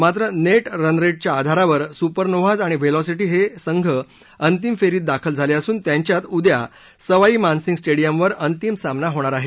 मात्र net run रेटच्या आधारावर सुपरनोव्हाज आणि व्हेलॉसिटी हे संघ अंतिम फेरीत दाखल झाले असून त्यांच्यात उद्या सवाई मानसिंग स्टेडियमवर अंतिम सामना होणार आहे